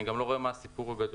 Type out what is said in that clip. אני גם לא רואה מה הסיפור הגדול.